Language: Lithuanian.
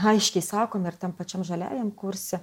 aiškiai sakom ir tam pačiam žaliajam kurse